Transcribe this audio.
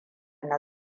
na